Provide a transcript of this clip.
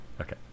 Okay